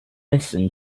listen